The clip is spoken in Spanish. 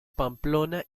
pamplona